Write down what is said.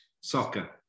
Soccer